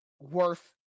worth